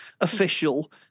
official